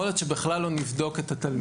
יכול להיות שבכלל לא נבדוק את התלמיד.